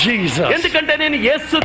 Jesus